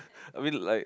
a bit like